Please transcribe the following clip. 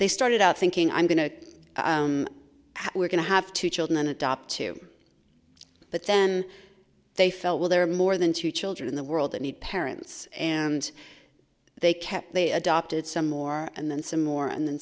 they started out thinking i'm going to we're going to have two children adopt to but then they felt well there are more than two children in the world that need parents and they kept they adopted some more and then some more and then